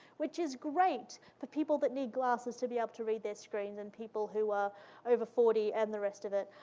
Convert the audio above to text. which is great for people that need glasses to be able to read their screens and people who are over forty and the rest of it.